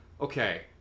okay